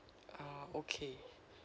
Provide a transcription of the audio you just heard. ah okay